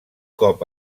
cop